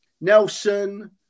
Nelson